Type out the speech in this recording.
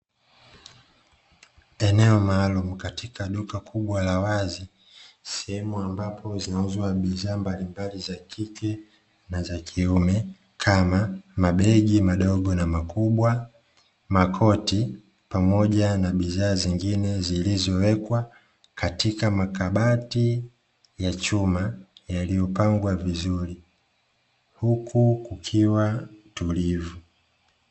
Eneo maalumu katika duka kubwa la wazi, sehemu ambapo zinauzwa bidhaa mbalimbali za kike na za kiume, kama: mabegi madogo na makubwa, makoti pamoja na bidhaa nyingine zilizowekwa katika makabati ya chuma yaliyopangwa vizuri. Huku kukiwa tulivu.